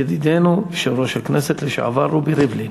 ידידנו, יושב-ראש הכנסת לשעבר רובי ריבלין.